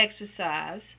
exercise